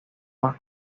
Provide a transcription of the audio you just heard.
más